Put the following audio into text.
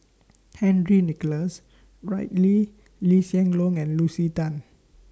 Henry Nicholas Ridley Lee Hsien Loong and Lucy Tan